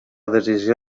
decisió